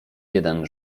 jeden